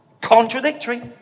Contradictory